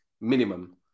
minimum